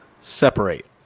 separate